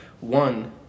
one